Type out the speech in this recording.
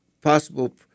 possible